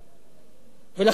ולכן צריך לעשות